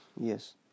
Yes